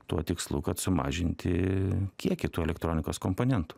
tuo tikslu kad sumažinti kiekį tų elektronikos komponentų